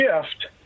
shift